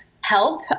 help